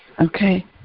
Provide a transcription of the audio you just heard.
Okay